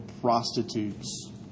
prostitutes